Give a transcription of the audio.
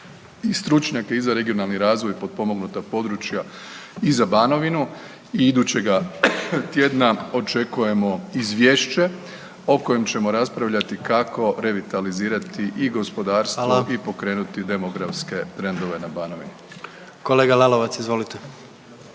i stručnjake i za regionalni razvoj i potpomognuta područja, i za Banovinu i idućega tjedna očekujemo izvješće o kojem ćemo raspravljati kako revitalizirati i gospodarstvo i pokrenuti demografske trendove na Banovini. **Jandroković, Gordan